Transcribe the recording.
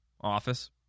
office